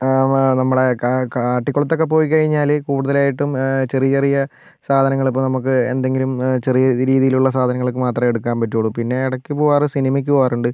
വാ നമ്മുടെ കാ കാട്ടിക്കുളത്ത് ഒക്കെ പോയി കഴിഞ്ഞാൽ കൂടുതലായിട്ടും ചെറിയ ചെറിയ സാധനങ്ങൾ ഇപ്പം നമുക്ക് എന്തെങ്കിലും ചെറിയ രീതിയിലുള്ള സാധനങ്ങൾ ഇപ്പം മാത്രമേ എടുക്കാൻ പറ്റുവൊള്ളു പിന്നെ ഇടക്ക് പോകാറ് സിനിമക്ക് പോകാറുണ്ട്